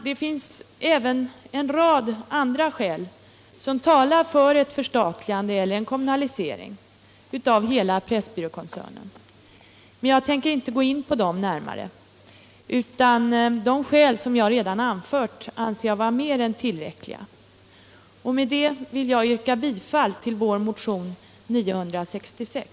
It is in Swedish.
Det finns även en rad andra skäl som talar för ett förstatligande eller en kommunalisering av hela Pressbyråkoncernen, men jag tänker inte gå in på dem närmare. De skäl jag redan anfört anser jag mer än tillräckliga. Med detta vill jag yrka bifall till vår motion 966.